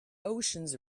oceans